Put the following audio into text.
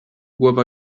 głowa